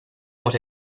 hemos